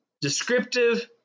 descriptive